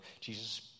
Jesus